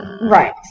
Right